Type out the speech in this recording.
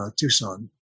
Tucson